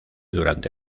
durante